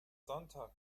sonntag